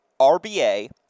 RBA